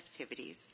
activities